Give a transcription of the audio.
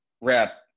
wrap